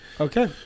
Okay